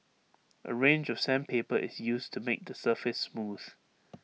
A range of sandpaper is used to make the surface smooth